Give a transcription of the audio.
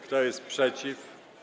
Kto jest przeciw?